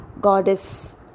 Goddess